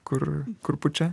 kur kur pučia